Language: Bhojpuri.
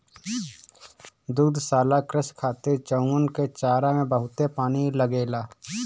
दुग्धशाला कृषि खातिर चउवन के चारा में बहुते पानी लागेला